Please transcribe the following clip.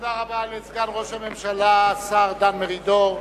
תודה רבה לסגן ראש הממשלה, השר דן מרידור.